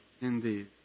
indeed